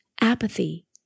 Apathy